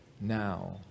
now